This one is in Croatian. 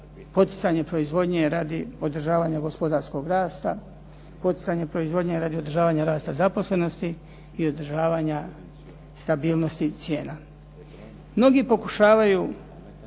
poticanje proizvodnje radi održavanja gospodarskog rasta, poticanje proizvodnje radi održavanja rasta zaposlenosti i održavanja stabilnosti cijena. Mnogi pokušavaju